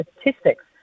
statistics